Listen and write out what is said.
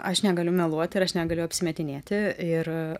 aš negaliu meluoti ir aš negaliu apsimetinėti ir